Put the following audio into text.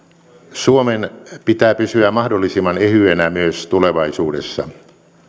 suomen pitää pysyä mahdollisimman ehyenä myös tulevaisuudessa